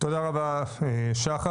תודה רבה שחר.